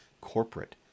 corporate